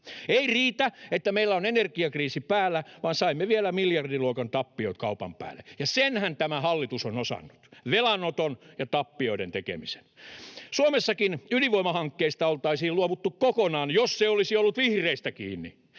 Ei riitä, että meillä on energiakriisi päällä, vaan saimme vielä miljardiluokan tappiot kaupan päälle. Ja senhän tämä hallitus on osannut: velanoton ja tappioiden tekemisen. Suomessakin ydinvoimahankkeista oltaisiin luovuttu kokonaan, jos se olisi ollut vihreistä kiinni.